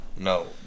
No